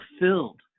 fulfilled